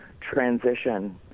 transition